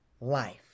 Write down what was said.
life